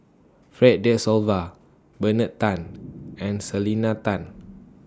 Fred De Souza Bernard Tan and Selena Tan